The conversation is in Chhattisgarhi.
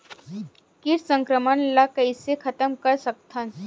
कीट संक्रमण ला कइसे खतम कर सकथन?